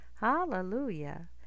Hallelujah